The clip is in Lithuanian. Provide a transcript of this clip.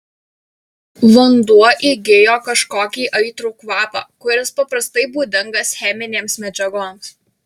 vanduo įgijo kažkokį aitrų kvapą kuris paprastai būdingas cheminėms medžiagoms